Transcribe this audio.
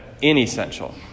inessential